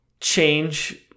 change